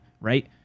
right